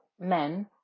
men